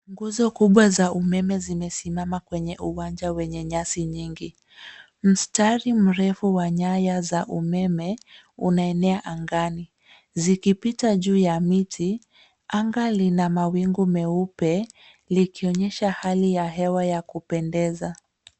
Nguzo kubwa za umeme umesimama kwenye uwanja wenye nyasi nyingi. Mstari mrefu wa nyaya za umeme unaenea angani, zikipita juu ya miti. Anga lina mawingu meupe likionyesha hali ya hewa ya kupendeza.